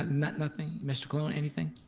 nothing, mr. cologne anything?